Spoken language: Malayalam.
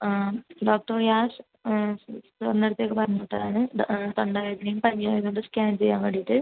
ആ ഡോക്ടർ ഞാൻ സിസ്റ്ററിൻ്റെ അടുത്തേക്ക് പറഞ്ഞ് വിട്ടതാണ് തൊണ്ട വേദനയും പനി ആയത് കൊണ്ട് സ്കാൻ ചെയ്യാൻ വേണ്ടിയിട്ട്